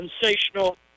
sensational